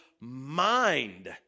mind